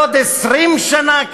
לעוד 20 שנה,